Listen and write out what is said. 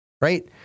Right